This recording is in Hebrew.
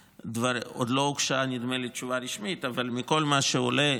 עוד לא הוגשה תשובה רשמית, אבל מכל מה שעולה,